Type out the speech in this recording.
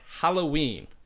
Halloween